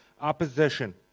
opposition